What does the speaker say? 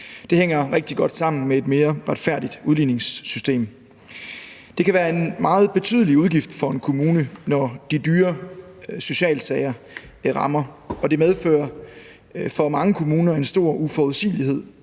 Det hænger rigtig godt sammen med et mere retfærdigt udligningssystem. Det kan være en meget betydelig udgift for en kommune, når de dyre socialsager rammer, og det medfører for mange kommuner en stor uforudsigelighed,